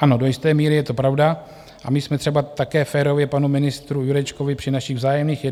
Ano, do jisté míry je to pravda a my jsme třeba také férově panu ministru Jurečkovi při našich vzájemných